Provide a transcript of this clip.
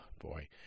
boy